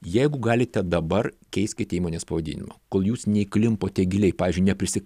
jeigu galite dabar keiskite įmonės pavadinimą kol jūs neįklimpote giliai pavyzdžiui neprisi